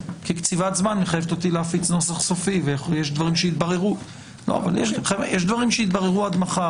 קציבת זמן מחייבת אותי להגיש נוסח סופי אבל יש דברים שעד מחר יתבררו.